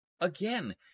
again